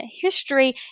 history